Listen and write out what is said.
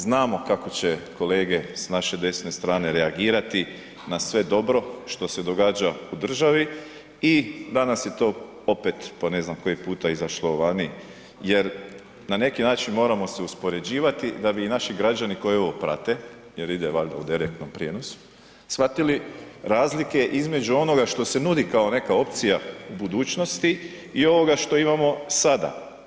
Znamo kako će kolege s naše desne strane reagirati na sve dobro što se događa u državi i danas je to opet po ne znam koji puta izašlo vani, jer na neki način moramo se uspoređivati da bi i naši građani koji ovo prate jer vide valjda u direktno prijenosu, shvatili razlike između onoga što se nudi kao neka opcija u budućnosti i ovoga što imamo sada.